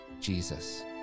Jesus